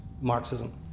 Marxism